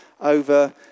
over